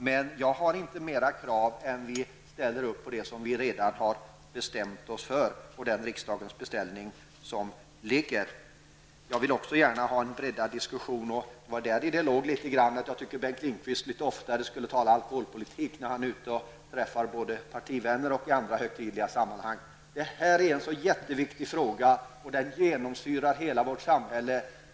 Jag ställer dock inga andra krav än att vi står fast vid det som vi redan har bestämt oss för i riksdagens beställning. Även jag vill gärna få till stånd en breddad diskussion. I det ligger att jag tycker att Bengt Lindqvist litet oftare skall tala om alkoholpolitik både när han träffar partivänner och i andra högtidliga sammanhang. De alkoholpolitiska frågorna är jätteviktiga och genomsyrar hela vårt samhälle.